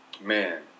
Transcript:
Man